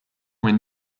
win